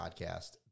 podcast